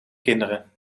kinderen